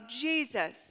Jesus